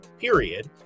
period